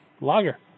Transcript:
lager